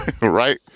right